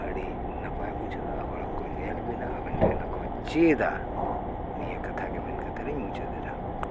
ᱟᱹᱰᱤ ᱱᱟᱯᱟᱭ ᱵᱩᱡᱷᱟᱹᱜᱼᱟ ᱦᱚᱲ ᱠᱚ ᱧᱮᱞ ᱵᱮᱱᱟ ᱟᱵᱮᱱ ᱴᱷᱮᱱ ᱦᱚᱸᱠᱚ ᱪᱮᱫᱟ ᱱᱤᱭᱟᱹ ᱠᱟᱛᱷᱟ ᱜᱮ ᱢᱮᱱ ᱠᱟᱛᱮ ᱤᱧ ᱢᱩᱪᱟᱹᱫ ᱮᱫᱟ